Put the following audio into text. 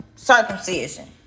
circumcision